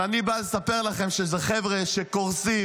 אז אני בא לספר לכם שאלה חבר'ה שקורסים,